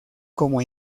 como